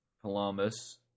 Columbus